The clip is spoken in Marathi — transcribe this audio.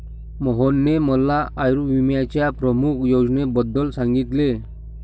मोहनने मला आयुर्विम्याच्या प्रमुख योजनेबद्दल सांगितले